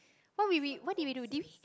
what we we what did we do did we